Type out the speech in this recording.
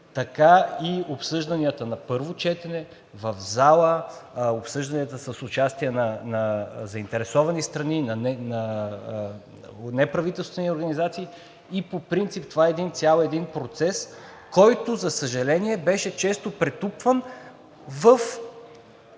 така и обсъжданията на първо четене в зала, обсъжданията с участия на заинтересовани страни, на неправителствени организации и по принцип това е един цял процес, който, за съжаление, беше често претупван в